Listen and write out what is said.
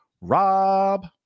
Rob